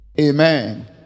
Amen